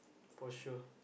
for sure